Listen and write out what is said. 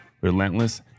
relentless